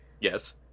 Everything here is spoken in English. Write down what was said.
Yes